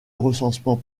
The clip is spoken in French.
recensement